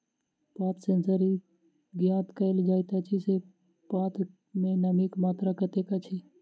पात सेंसर सॅ ई ज्ञात कयल जाइत अछि जे पात मे नमीक मात्रा कतेक अछि